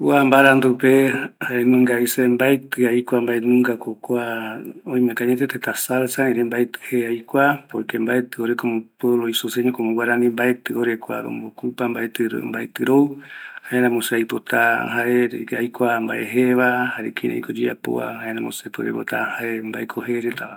Kua mbarandu se mbaetivi aikua nbaenunga ko kua, añeteko oime jeta salsa, erei mbaeti jee aikua, ore como pueblo isoseño maeti rou, jaeramo se aipotaa jae, aikua nbae jeeva, jare kiraiko oyeapova, jaeramo se puere pota jae mbaeko jeeretava